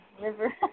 river